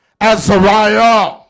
Azariah